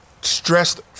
stressed